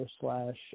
slash